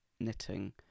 knitting